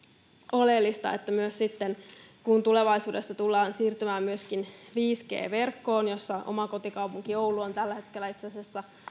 oleellista että myös sitten kun tulevaisuudessa tullaan siirtymään viisi g verkkoon jossa oma kotikaupunkini oulu on tällä hetkellä itse asiassa